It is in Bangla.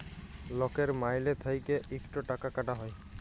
লকের মাইলে থ্যাইকে ইকট টাকা কাটা হ্যয়